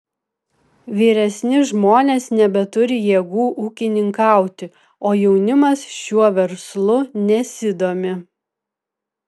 vyresni žmonės nebeturi jėgų ūkininkauti o jaunimas šiuo verslu nesidomi